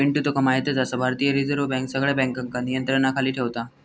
पिंटू तुका म्हायतच आसा, भारतीय रिझर्व बँक सगळ्या बँकांका नियंत्रणाखाली ठेवता